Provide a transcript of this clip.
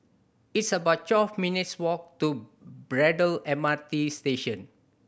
it's about twelve minutes' walk to Braddell M R T Station